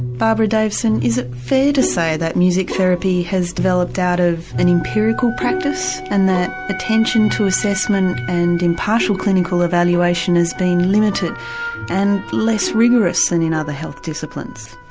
barbara daveson, is it fair to say that music therapy has developed out of an empirical practice and that attention to assessment and impartial clinical evaluation has been limited and less rigorous than in other health disciplines?